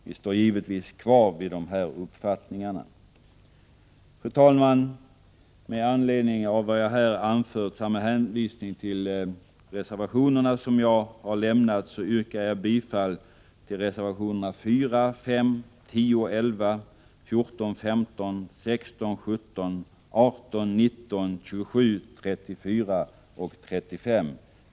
Vi står givetvis kvar vid de här uppfattningarna. Fru talman! Med anledning av vad jag här anfört samt med hänvisning till reservationerna som har avlämnats yrkar jag bifall till reservationerna 4, 5, 10, 11, 14, 15, 16, 17, 18, 19, 27, 34 och 35.